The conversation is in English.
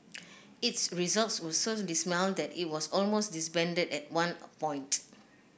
its results were so dismal that it was almost disbanded at one point